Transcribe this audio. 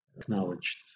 acknowledged